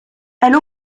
elle